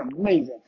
amazing